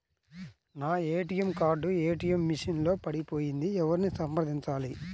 నా ATM card ATM machine లో పడిపోయింది ఎవరిని సంప్రదించాలి?